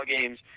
games